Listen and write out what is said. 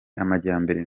amajyambere